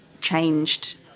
changed